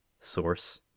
Source